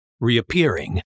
reappearing